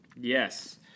Yes